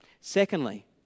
Secondly